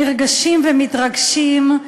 נרגשים ומתרגשים.